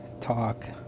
talk